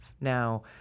Now